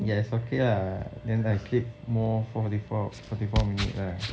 yes okay lah then I sleep more I sleep more fourty four minute fourty four minute lah